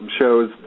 shows